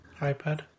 iPad